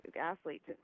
athletes